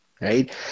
right